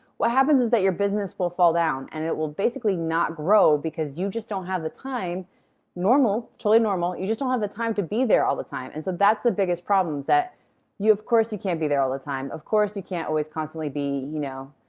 what happens is that your business will fall down. and it will basically not grow because you just don't have the time normal, totally normal you just don't have the time to be there all the time. and so that's the biggest problem is that of course you can't be there all the time. of course you can't always constantly be, you know,